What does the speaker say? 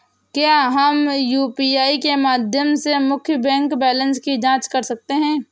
क्या हम यू.पी.आई के माध्यम से मुख्य बैंक बैलेंस की जाँच कर सकते हैं?